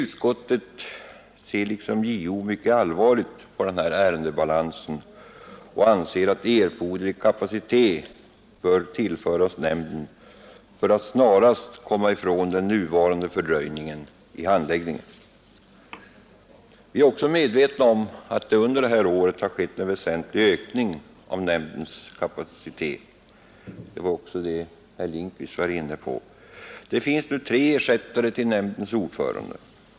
Utskottet ser liksom JO mycket allvarligt på den ärendebalansen och anser att erforderlig kapacitet bör tillföras nämnden för att den snarast skall komma ifrån den nuvarande fördröjningen i handläggningen. Vi är medvetna om att det under år 1971 har skett en väsentlig ökning av nämndens kapacitet; det var också herr Lindkvist inne på. Det finns nu tre ersättare till nämndens ordförande.